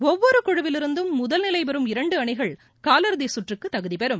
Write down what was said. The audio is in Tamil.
ஒவ்வொரு குழுவிலிருந்தும் முதல்நிலை பெறும் இரண்டு அணிகள் கால் இறுதி கற்றுக்கு தகுதிபெறம்